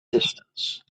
distance